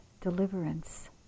deliverance